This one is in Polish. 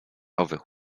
owych